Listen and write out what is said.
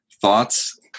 thoughts